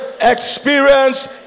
experience